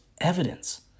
evidence